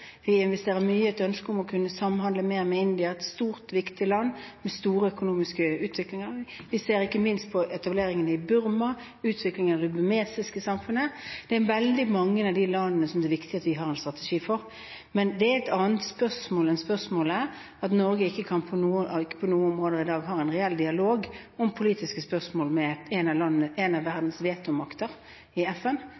Vi investerer mye i et ønske om å kunne samhandle mer med India. Det er et stort og viktig land, i stor økonomisk utvikling. Vi ser ikke minst på etableringen i Burma og utvikling av det burmesiske samfunnet. Det er veldig mange av de landene som det er viktig at vi har en strategi for. Men det er et annet spørsmål enn spørsmålet om at Norge ikke på noen områder i dag har en reell dialog om politiske spørsmål med en av